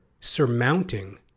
surmounting